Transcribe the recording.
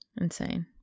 Insane